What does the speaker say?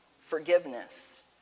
forgiveness